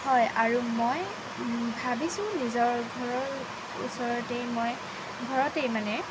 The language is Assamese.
হয় আৰু মই ভাবিছোঁ নিজৰ ঘৰৰ ওচৰতেই মই ঘৰতেই মানে